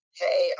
hey